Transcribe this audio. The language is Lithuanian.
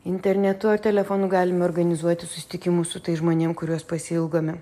internetu ar telefonu galime organizuoti susitikimus su tais žmonėms kuriuos pasiilgome